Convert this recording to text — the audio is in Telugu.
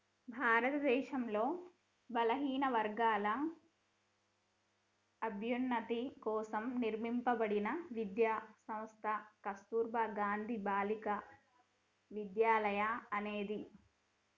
భారతదేశంలో బలహీనవర్గాల అభ్యున్నతి కోసం నిర్మింపబడిన విద్యా సంస్థ కస్తుర్బా గాంధీ బాలికా విద్యాలయ అనేది